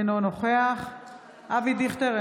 אינו נוכח אבי דיכטר,